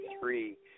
three